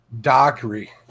Dockery